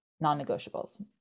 non-negotiables